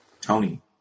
Tony